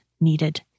needed